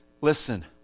listen